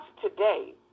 today